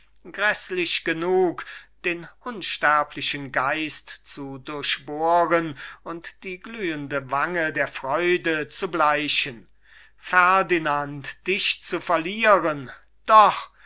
gedanke gräßlich genug den unsterblichen geist zu durchbohren und die glühende wange der freude zu bleichen ferdinand dich zu verlieren doch